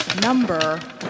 number